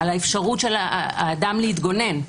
על האפשרות של האדם להתגונן,